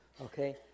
okay